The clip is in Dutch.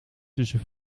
tussen